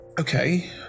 Okay